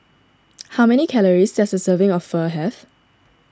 how many calories does a serving of Pho have